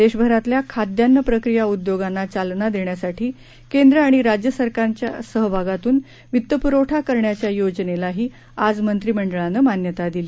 देशभरातल्या खाद्यान्न प्रक्रीया उद्योगांना चालना देण्यासाठी केंद्र आणि राज्य सरकारांच्या सहभागातून वित्त पुरवठा करण्याच्या योजनेलाही आज मंत्रिमंडळानं मान्यता दिली